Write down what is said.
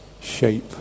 shape